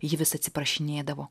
ji vis atsiprašinėdavo